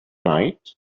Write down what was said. night